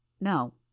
No